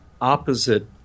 opposite